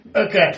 Okay